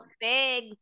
big